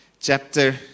chapter